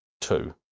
two